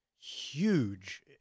huge